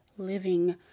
living